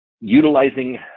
utilizing